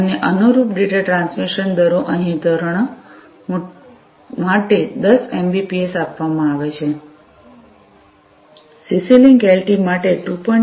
અને અનુરૂપ data transmission દરો અહીં ધોરણ માટે 10 એમબીપીએસ આપવામાં આવે છે સીસી લિંક એલટી માટે 2